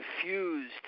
confused